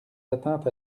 atteintes